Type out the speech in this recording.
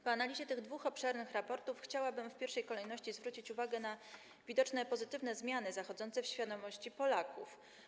Po analizie tych dwóch obszernych raportów chciałabym w pierwszej kolejności zwrócić uwagę na widoczne pozytywne zmiany zachodzące w świadomości Polaków.